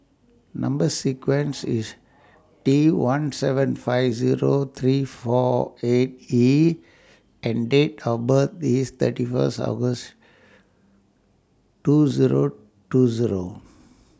Number sequence IS T one seven five Zero three four eight E and Date of birth IS thirty First August two Zero two Zero